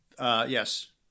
Yes